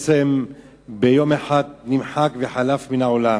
ביום אחד זה נמחק וחלף מהעולם.